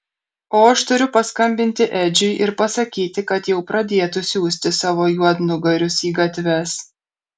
o aš turiu paskambinti edžiui ir pasakyti kad jau pradėtų siųsti savo juodnugarius į gatves